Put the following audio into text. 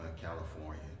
California